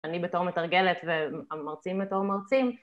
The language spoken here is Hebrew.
אני בתור מתרגלת, והמרצים בתור מרצים.